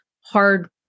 hard